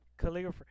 Calligrapher